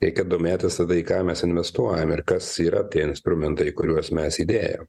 ir kad domėtųs tada į ką mes investuojam ir kas yra tie instrumentai kuriuos mes įdėjom